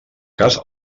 cas